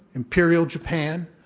imperial japan,